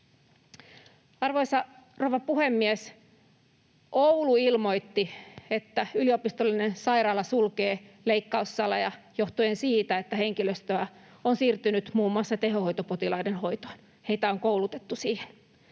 Arvoisa rouva puhemies! Oulu ilmoitti, että yliopistollinen sairaala sulkee leikkaussaleja johtuen siitä, että henkilöstöä on siirtynyt muun muassa tehohoitopotilaiden hoitoon. Heitä on koulutettu siihen.